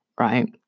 Right